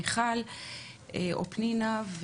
מיכל או פנינה,